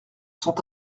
sont